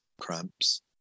cramps